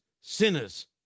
sinners